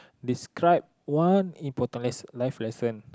describe one important less life lesson